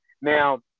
now